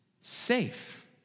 safe